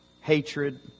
hatred